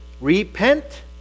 Repent